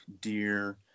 deer